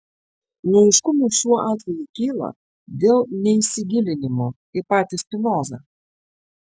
neaiškumų šiuo atveju kyla dėl neįsigilinimo į patį spinozą